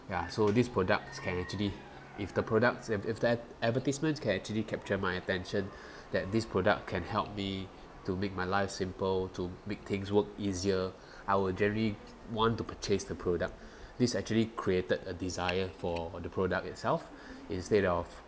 yeah so these products can actually if the products if if that advertisements can actually capture my attention that this product can help me to make my life simple to make things work easier I will generally want to purchase the product this actually created a desire for the product itself instead of